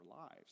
lives